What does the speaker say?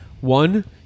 one